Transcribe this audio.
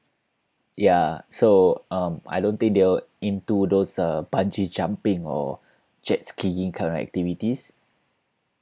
ya so um I don't think they will into those uh bungee jumping or jet skiing kind of activities